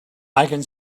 can